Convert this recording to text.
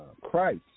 Christ